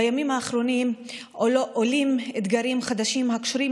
בימים האחרונים עולים אתגרים חדשים הקשורים